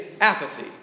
apathy